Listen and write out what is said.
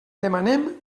demanem